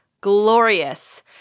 glorious